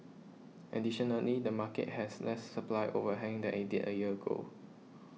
additionally the market has less supply overhang than it did a year ago